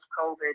COVID